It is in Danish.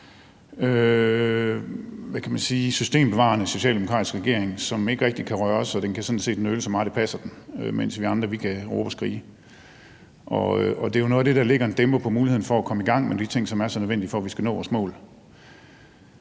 systembevarende socialdemokratisk regering, som ikke rigtig kan røres, og den kan sådan set nøle så meget, som det passer den, mens vi andre kan råbe og skrige. Og det er jo noget af det her, der lægger en dæmper på muligheden for, at vi kan komme i gang med de ting, som er så nødvendige, i forhold til at vi skal nå vores mål.